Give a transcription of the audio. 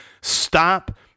stop